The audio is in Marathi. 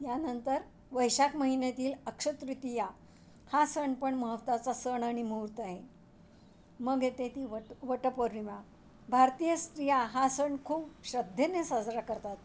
यानंतर वैशाख महिन्यातील अक्षयतृतीया हा सण पण महत्त्वाचा सण आणि महूर्त आहे मग येते ती वट वटपौर्णिमा भारतीय स्त्रिया हा सण खूप श्रद्धेने साजरा करतात